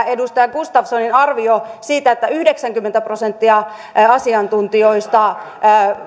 edustaja gustafssonin arvio siitä että yhdeksänkymmentä prosenttia asiantuntijoista